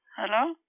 Hello